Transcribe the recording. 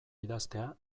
idaztea